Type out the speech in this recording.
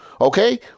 Okay